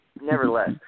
nevertheless